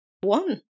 one